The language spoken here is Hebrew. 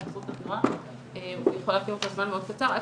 הוא יכול להפעיל אותו לזמן מאוד קצר עד